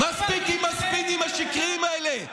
מספיק עם הספינים השקריים האלה.